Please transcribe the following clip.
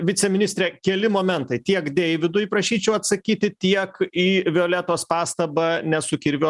viceministre keli momentai tiek deividui prašyčiau atsakyti tiek į violetos pastabą ne su kirviu